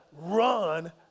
run